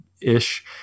ish